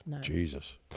Jesus